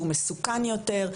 שהוא מסוכן יותר,